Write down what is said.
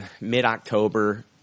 mid-October